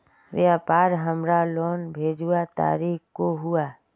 व्यापार हमार लोन भेजुआ तारीख को हुआ?